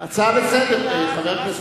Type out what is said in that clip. השר, הצעה לסדר-היום.